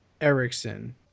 Erickson